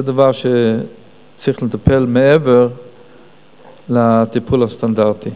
זה דבר שצריך לטפל בו מעבר לטיפול הסטנדרטי,